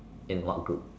in what group